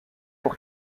pour